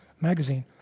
magazine